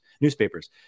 newspapers